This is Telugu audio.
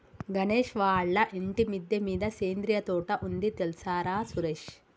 గణేష్ వాళ్ళ ఇంటి మిద్దె మీద సేంద్రియ తోట ఉంది తెల్సార సురేష్